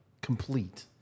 complete